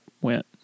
went